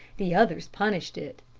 the others punished it.